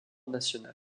national